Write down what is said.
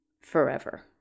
forever